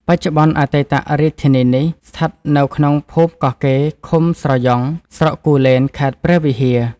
បច្ចុប្បន្នអតីតរាជធានីនេះ ស្ថិតនៅក្នុងភូមិកោះកេរ ឃុំស្រយង់ ស្រុកគូលែន ខេត្តព្រះវិហារ ។